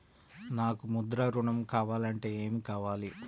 నాకు ముద్ర ఋణం కావాలంటే ఏమి కావాలి?